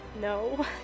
No